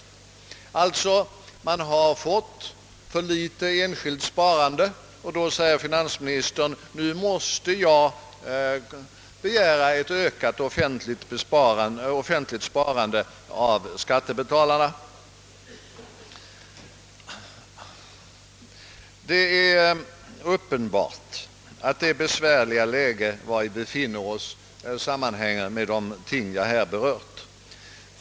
När det enskilda sparandet är för litet säger alltså finansministern: Nu måste jag begära ett ökat offentligt sparande av skattebetalarna. Det är uppenbart att det besvärliga läge vari vi befinner oss sammanhänger med de ting jag här har berört.